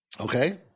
Okay